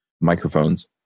microphones